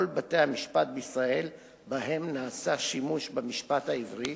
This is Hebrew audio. בתי-המשפט בישראל שבהם נעשה שימוש במשפט העברי,